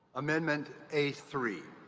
amendment a three.